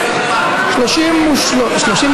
חובת מינוי ממלא מקום ראש הממשלה) לא נתקבלה.